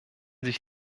sich